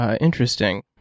Interesting